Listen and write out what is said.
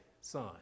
son